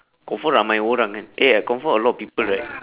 confirm ramai orang kan eh confirm a lot of people right